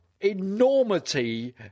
enormity